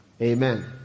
amen